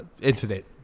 Incident